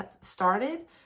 started